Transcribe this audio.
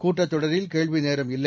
கூட்டத்தொடரில் கேள்விநேரம் இல்லை